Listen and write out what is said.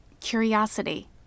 curiosity